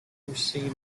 received